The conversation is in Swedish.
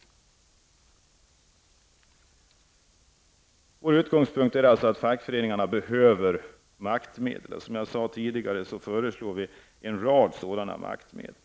Vår utgångspunkt är således att fackföreningarna behöver maktmedel. Som jag sade tidigare föreslår vi en rad sådana maktmedel.